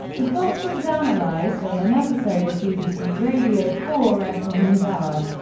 the plot was analysed on an episode of bbc radio four s woman's hour.